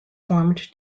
formed